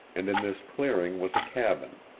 and in this clearing was a cabin,